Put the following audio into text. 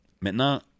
Maintenant